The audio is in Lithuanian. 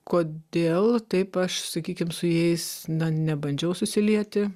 kodėl taip aš sakykim su jais nebandžiau susilieti